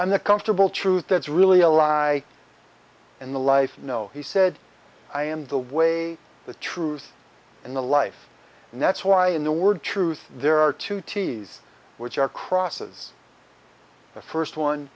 the comfortable truth that's really a lie in the life you know he said i am the way the truth and the life and that's why in the word truth there are two t's which are crosses the first one